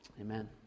Amen